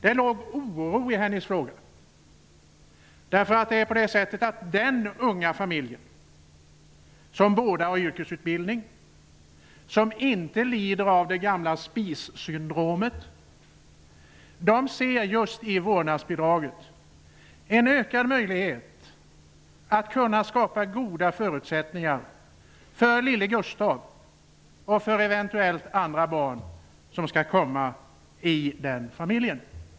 Det låg oro i hennes fråga. Den unga familjen, i vilken båda har yrkesutbildning och som inte lider av det gamla spissyndromet, ser just i vårdnadsbidraget en ökad möjlighet att skapa goda förutsättningar för lille Gustav och för eventuella andra barn som skall komma i den familjen.